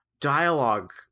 dialogue